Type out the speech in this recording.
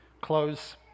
close